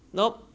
no